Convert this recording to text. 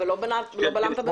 אבל לא בלמת במערב.